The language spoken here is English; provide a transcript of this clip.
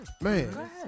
Man